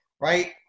right